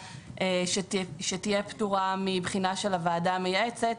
שתהיה פטורה מבחינה של הוועדה המייעצת.